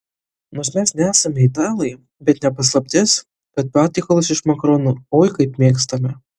nors mes nesame italai bet ne paslaptis kad patiekalus iš makaronų oi kaip mėgstame